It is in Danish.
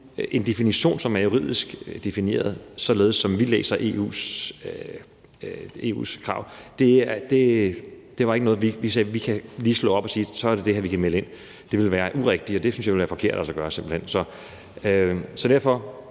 en definition, som er juridisk defineret, således som vi læser EU's krav, er ikke noget, vi lige kan slå op, hvorefter vi så kan sige, at så er det det her, vi kan melde ind. Det ville være urigtigt, og det synes jeg simpelt hen ville være forkert at gøre. Derfor